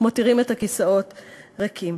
מותירים את הכיסאות ריקים.